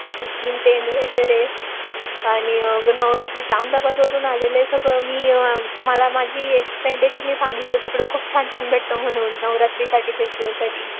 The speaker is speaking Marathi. वगैरे आणि नवरात्रीचे अहमदाबादवरून आलेले सगळं मी मला माझी एक फ्रेंड आहे तिने सांगितलं तिकडं खूप छान छान भेटतं म्हणून नवरात्रीसाठी फेस्टिवलसाठी